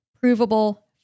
provable